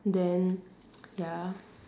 then ya